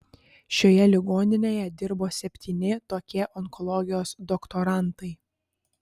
šioje ligoninėje dirbo septyni tokie onkologijos doktorantai